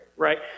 Right